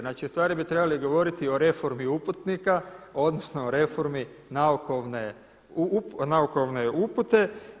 Znači ustvari bi trebali govoriti o reformi uputnika, odnosno reformi naukovne upute.